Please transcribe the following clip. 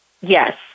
Yes